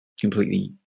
completely